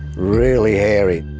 really hairy.